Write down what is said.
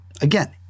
again